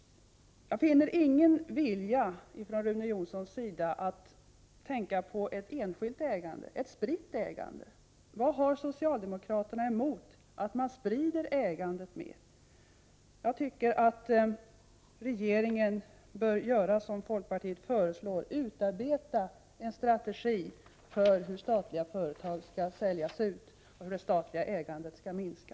Jag finner ingen vilja från Rune Jonsson att tänka på ett enskilt, spritt ägande. Vad har socialdemokraterna emot att man sprider ägandet mer? Jag tycker att regeringen bör göra som folkpartiet föreslår och utarbeta en strategi för hur statliga företag skall säljas ut och för hur det statliga ägandet skall minska.